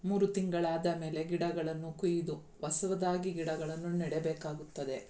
ಮೂರು ತಿಂಗಳಾದ ಮೇಲೆ ಗಿಡಗಳನ್ನು ಕೊಯ್ದು ಹೊಸದಾಗಿ ಗಿಡಗಳನ್ನು ನೆಡಬೇಕಾಗುತ್ತದೆ